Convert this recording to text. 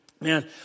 Man